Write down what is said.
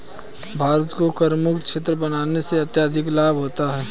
भारत को करमुक्त क्षेत्र बनाने से अत्यधिक लाभ होगा